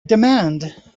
demand